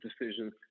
decisions